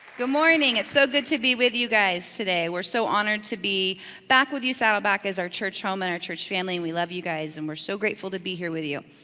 good morning, it's so good to be with you guys today. we're so honored to be back with you. saddleback is our church home and our church family and we love you guys and we're so grateful to be here with you.